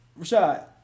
Rashad